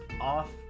off